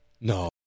No